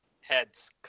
Heads